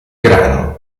grano